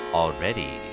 already